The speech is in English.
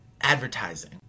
advertising